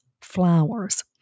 flowers